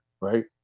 right